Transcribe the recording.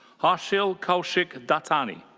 harshil kaushik dattani.